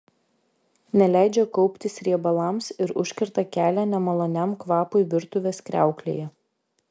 neleidžia kauptis riebalams ir užkerta kelią nemaloniam kvapui virtuvės kriauklėje